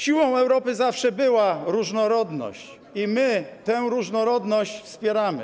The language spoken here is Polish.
Siłą Europy zawsze była różnorodność i my tę różnorodność wspieramy.